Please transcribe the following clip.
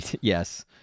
Yes